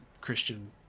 christian